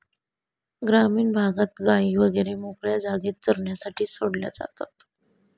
ग्रामीण भागात गायी वगैरे मोकळ्या जागेत चरण्यासाठी सोडल्या जातात